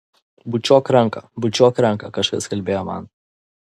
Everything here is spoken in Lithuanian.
bučiuok ranką bučiuok ranką kažkas kalbėjo man